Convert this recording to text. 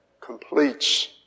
completes